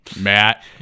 Matt